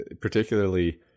particularly